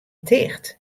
ticht